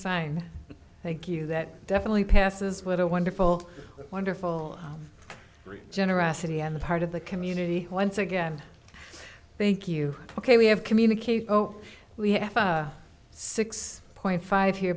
sign thank you that definitely passes with a wonderful wonderful great generosity on the part of the community who once again thank you ok we have communicate oh we have a six point five here